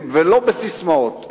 ולא בססמאות,